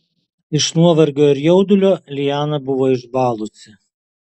iš nuovargio ir jaudulio liana buvo išbalusi